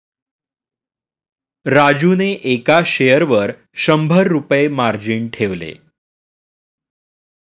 राजूने एका शेअरवर शंभर रुपये मार्जिन ठेवले